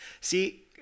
See